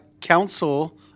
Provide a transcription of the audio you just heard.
Council